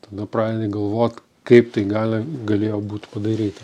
tada pradedi galvot kaip tai gali galėjo būt padaryta